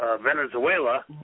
Venezuela